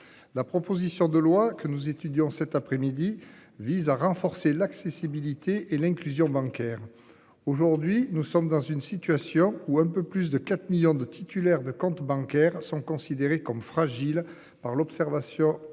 La proposition de loi que nous étudions cet après-midi vise à renforcer l'accessibilité et l'inclusion bancaire. Aujourd'hui nous sommes dans une situation où un peu plus de 4 millions de titulaires de comptes bancaires sont considérés comme fragiles par l'observation par